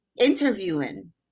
interviewing